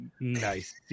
Nice